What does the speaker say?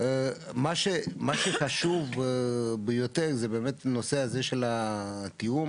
מה שחשוב ביותר זה הנושא של התיאום